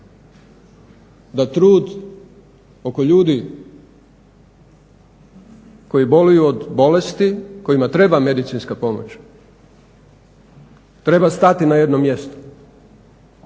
da trud oko ljudi koji boluju od bolesti kojima treba medicinska pomoć treba stati na jednom mjestu?